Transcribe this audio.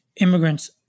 immigrants